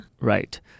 Right